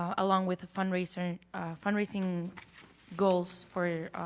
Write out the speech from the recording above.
ah along with the fundraiser fundraising goals for